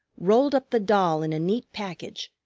rolled up the doll in a neat package,